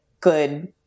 good